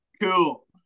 Cool